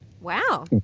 Wow